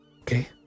Okay